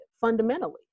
fundamentally